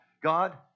God